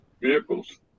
vehicles